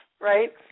right